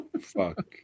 Fuck